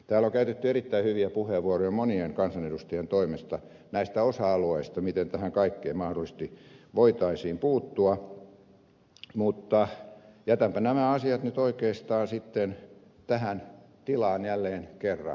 täällä on käytetty erittäin hyviä puheenvuoroja monien kansanedustajien toimesta näistä osa alueista miten tähän kaikkeen mahdollisesti voitaisiin puuttua mutta jätänpä nämä asiat nyt oikeastaan sitten tähän tilaan jälleen kerran